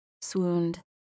swooned